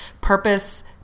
Purpose